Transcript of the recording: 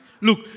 Look